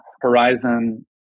horizon